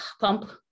pump